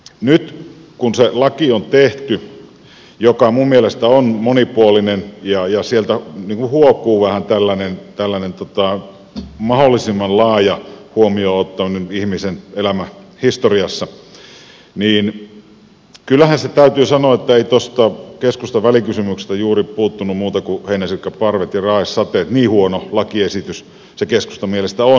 nyt kun se laki on tehty joka minun mielestäni on monipuolinen ja josta huokuu vähän tällainen mahdollisimman laaja ihmisen elämänhistorian huomioonottaminen niin kyllähän se täytyy sanoa että ei tuosta keskustan välikysymyksestä juuri puuttunut muuta kuin heinäsirkkaparvet ja raesateet niin huono lakiesitys se keskustan mielestä on